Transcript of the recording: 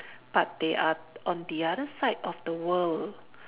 but they are on the other side of the world